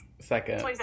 second